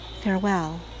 farewell